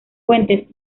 fuentes